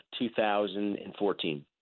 2014